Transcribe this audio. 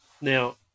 Now